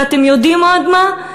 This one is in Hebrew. ואתם יודעים עוד מה?